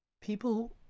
People